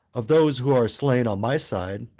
of those who are slain on my side,